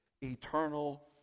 eternal